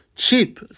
cheap